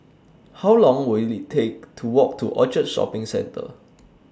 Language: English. How Long Will IT Take to Walk to Orchard Shopping Centre